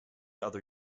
other